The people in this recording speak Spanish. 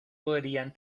podrían